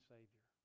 Savior